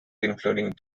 including